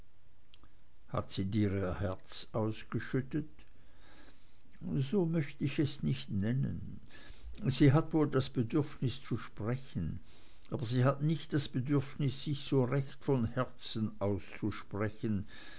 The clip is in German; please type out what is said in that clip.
hat sie dir ihr herz ausgeschüttet so möcht ich es nicht nennen sie hat wohl das bedürfnis zu sprechen aber sie hat nicht das bedürfnis sich so recht von herzen auszusprechen